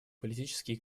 политические